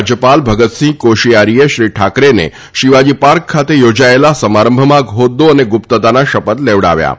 રાજ્યપાલ ભગતસિંહ કોશીયારીએ શ્રી ઠાકરેને શિવાજી પાર્ક ખાતે યોજાયેલા સામરંભમાં હોદૃા અને ગુપ્તતાના શપથ લેવડાવ્યા હતા